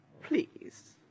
Please